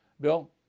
Bill